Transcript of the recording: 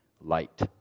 light